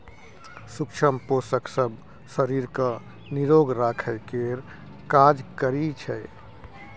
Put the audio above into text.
सुक्ष्म पोषक सब शरीर केँ निरोग राखय केर काज करइ छै